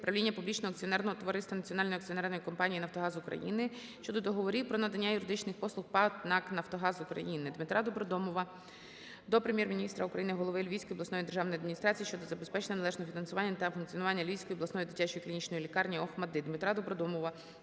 правління публічного акціонерного товариства Національної акціонерної компанії "Нафтогаз України" щодо договорів про надання юридичних послуг ПАТ "НАК "Нафтогаз України". ДмитраДобродомова до Прем'єр-міністра України, голови Львівської обласної державної адміністрації щодо забезпечення належного фінансування та функціонування Львівської обласної дитячої клінічної лікарні "ОХМАТДИТ". ДмитраДобродомова